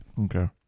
Okay